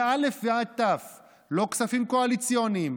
מא' ועד ת' לא כספים קואליציוניים,